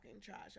trash